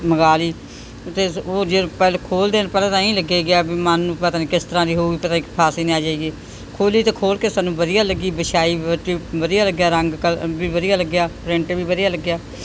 ਮੰਗਾ ਲਈ ਅਤੇ ਉਹ ਜੇ ਪਹਿਲ ਖੋਲ੍ਹਦਿਆਂ ਨੂੰ ਪਹਿਲਾਂ ਤਾਂ ਐਈਂ ਲੱਗੀ ਗਿਆ ਵੀ ਮਨ ਨੂੰ ਪਤਾ ਨਹੀਂ ਕਿਸ ਤਰ੍ਹਾਂ ਦੀ ਹੋਊਗੀ ਪਤਾ ਨਹੀਂ ਫਸ ਹੀ ਨਾ ਜਾਈਏ ਖੋਲ੍ਹੀ ਤਾਂ ਖੋਲ੍ਹ ਕੇ ਸਾਨੂੰ ਵਧੀਆ ਲੱਗੀ ਵਿਛਾਈ ਵਧੀਆ ਲੱਗਿਆ ਰੰਗ ਕਲ ਵੀ ਵਧੀਆ ਲੱਗਿਆ ਪ੍ਰਿੰਟ ਵੀ ਵਧੀਆ ਲੱਗਿਆ